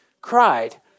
cried